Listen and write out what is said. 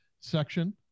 section